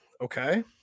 Okay